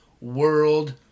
world